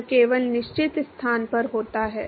यह केवल निश्चित स्थान पर होता है